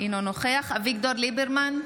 אינו נוכח אביגדור ליברמן,